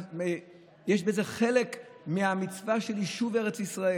יש בזה חלק מהמצווה של יישוב ארץ ישראל.